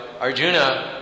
Arjuna